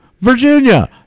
Virginia